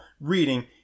reading